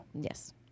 Yes